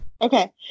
Okay